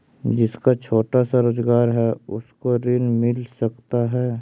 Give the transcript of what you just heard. जिसका छोटा सा रोजगार है उसको ऋण मिल सकता है?